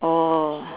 oh